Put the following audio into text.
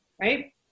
right